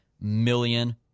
million